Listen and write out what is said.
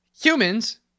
Humans